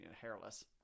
hairless